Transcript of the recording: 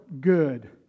good